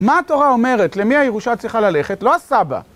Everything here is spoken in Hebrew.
מה התורה אומרת? למי הירושה צריכה ללכת? לא הסבא.